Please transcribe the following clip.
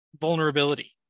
vulnerability